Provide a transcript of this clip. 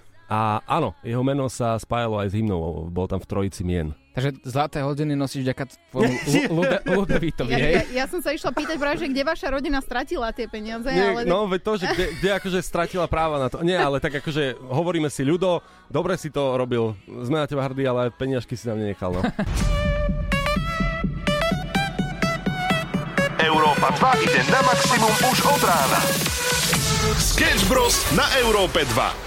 A áno, jeho meno sa spájalo aj s hymnou, bol tam v trojici mien. Takže zlaté hodiny nosíš vďaka tvojmu Lu- Lu- Lude- Ludovítovi, hej? Ja- ja- ja som sa išla pýtať práve, že kde vaša rodina stratila tie peniaze, Nie, ale- no, veď to, že kde- kde akože stratila práva na to. Nie, ale tak akože hovoríme si, Ľudo, dobre si to robil, sme na teba hrdí, ale peniažky si nám nenechal, no. Európa 2 ide na maximum už od rána. Sketch Bros na Európe 2.